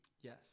Yes